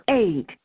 eight